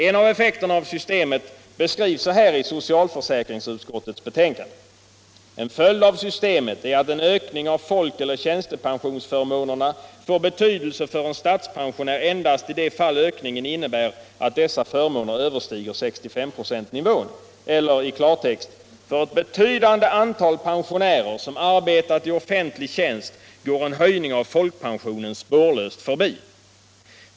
En av effekterna av systemet beskrivs så här i socialförsäkringsutskottets betänkande nr 9: ”En följd av systemet är att en ökning av folkeller tilläggspensionsförmånerna får betydelse för en statspensionär endast i det fall ökningen innebär att dessa förmåner överstiger 65-procentnivån”. Eller i klartext: För ett betydande antal pensionärer som arbetat i offentlig tjänst går en höjning av folkpensionen spårlöst förbi.